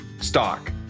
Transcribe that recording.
stock